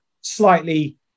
slightly